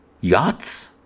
yachts